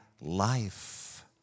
life